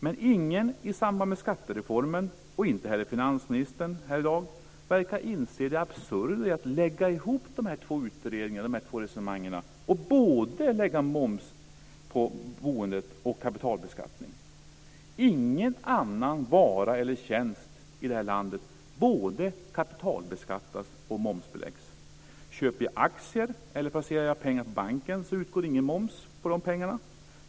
Men ingen i samband med skattereformen och inte heller finansministern här i dag verkar inse det absurda i att lägga ihop de här två resonemangen och både lägga moms på boendet och kapitalbeskatta. Ingen annan vara eller tjänst i det här landet både kapitalbeskattas och momsbeläggs. Köper jag aktier eller placerar jag pengar på banken utgår ingen moms på de pengarna.